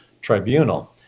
tribunal